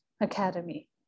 Academy